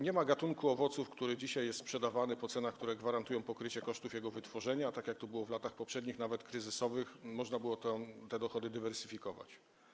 Nie ma gatunku owoców, który dzisiaj jest sprzedawany po cenach, które gwarantują pokrycie kosztów jego wytworzenia, tak jak to było w latach poprzednich, nawet kryzysowych - można było te dochody dywersyfikować.